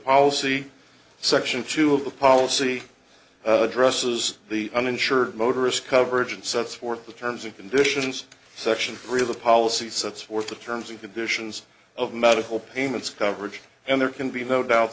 policy section two of the policy dresses the uninsured motorist coverage and sets forth the terms and conditions section three of the policy sets forth the terms and conditions of medical payments coverage and there can be no doubt